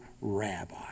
rabbi